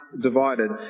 divided